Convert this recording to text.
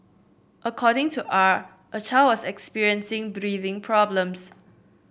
according to R a child was experiencing breathing problems